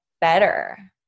better